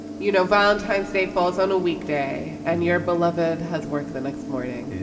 you know, valentine's day falls on a weekday and your beloved has work the next morning.